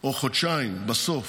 או חודשיים בסוף,